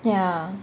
ya